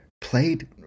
played